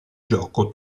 gioco